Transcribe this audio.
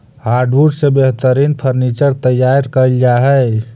hardwood से बेहतरीन furniture तैयार कैल जा हइ